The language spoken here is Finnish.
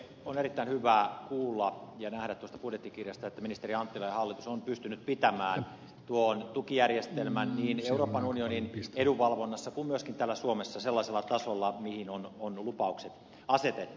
on erittäin hyvä kuulla ja nähdä tuosta budjettikirjasta että ministeri anttila ja hallitus on pystynyt pitämään tuon tukijärjestelmän niin euroopan unionin edunvalvonnassa kuin myöskin täällä suomessa sellaisella tasolla mihin lupaukset on asetettu